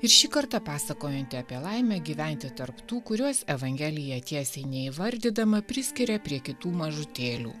ir šį kartą pasakojanti apie laimę gyventi tarp tų kuriuos evangelija tiesiai neįvardydama priskiria prie kitų mažutėlių